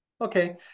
Okay